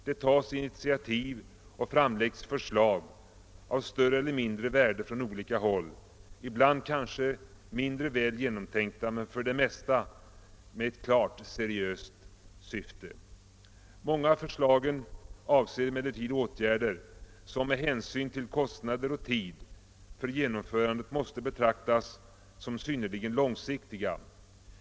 Det tas initiativ och framläggs förslag av större eller mindre värde från olika håll, ibland kanske mindre väl genomtänkta förslag men i regel med ett klart seriöst syfte. Många av förslagen avser emellertid åtgärder som med hänsyn till kostnader och tid för genomförandet måste betraktas som synnerligen långsiktiga.